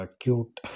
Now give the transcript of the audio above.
cute